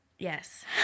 Yes